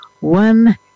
One